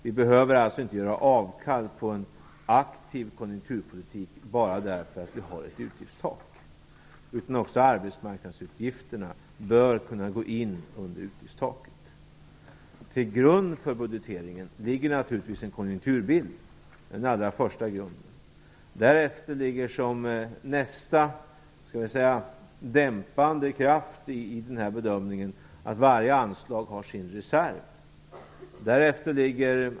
Vi behöver alltså inte göra avkall på en aktiv konjunkturpolitik bara därför att vi har ett utgiftstak, utan också arbetsmarknadsutgifterna bör kunna gå in under utgiftstaket. Till grund för budgeteringen ligger naturligtvis en konjunkturbild. Det är den allra första grunden. Därefter ligger som nästa, skulle jag vilja säga, dämpande kraft i den här bedömningen att varje anslag har sin reserv.